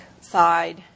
side